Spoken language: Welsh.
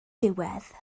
diwedd